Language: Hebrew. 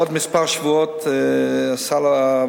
בעוד כמה שבועות ועדת